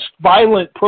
violent